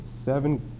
seven